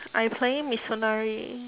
I playing mitsunari